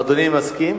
אדוני מסכים